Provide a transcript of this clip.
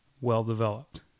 well-developed